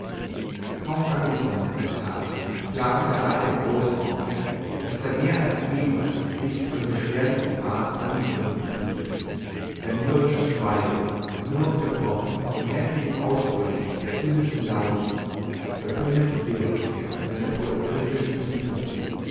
kaum angekommen in k klagte der alte großonkel daß er mehr als jemals sich von der beschwerlichen fahrt angegriffen fühle sein mürrisches schweigen nur unterbrochen von heftigen ausbrüchen der übelsten laune verkündete die rückkehr seiner podagristischen zufälle